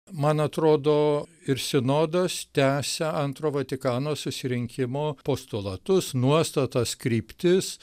man atrodo ir sinodas tęsia antro vatikano susirinkimo postulatus nuostatas kryptis